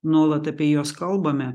nuolat apie juos kalbame